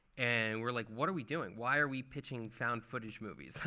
and we're like, what are we doing? why are we pitching found-footage movies?